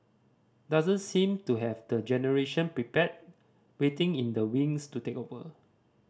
doesn't seem to have the generation prepared waiting in the wings to take over